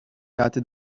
jagħti